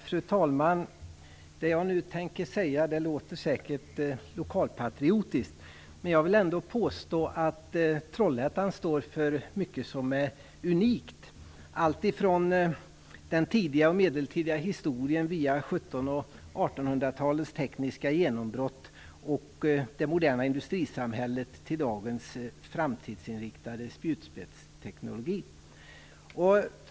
Fru talman! Det jag tänker säga nu låter säkert lokalpatriotiskt. Men jag vill ändå påstå att Trollhättan står för mycket som är unikt, alltifrån den tidiga medeltida historien via 1700 och 1800-talens tekniska genombrott och det moderna industrisamhället till dagens framtidsinriktade spjutspetsteknologi.